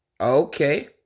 okay